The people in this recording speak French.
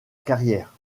carrière